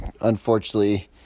unfortunately